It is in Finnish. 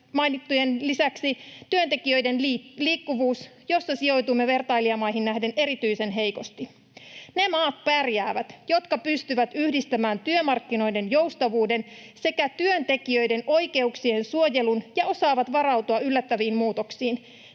mainittujen lisäksi työntekijöiden liikkuvuus, jossa sijoitumme vertailijamaihin nähden erityisen heikosti. Ne maat pärjäävät, jotka pystyvät yhdistämään työmarkkinoiden joustavuuden sekä työntekijöiden oikeuksien suojelun ja osaavat varautua yllättäviin muutoksiin,